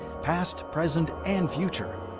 past, present, and future.